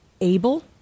able